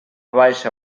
baixa